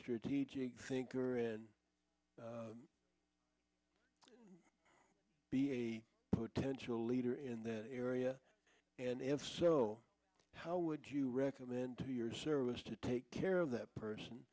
strategic thinker and be a potential leader in that area and if so how would you recommend to your service to take care of that person